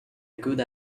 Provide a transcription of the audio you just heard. good